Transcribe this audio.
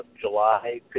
July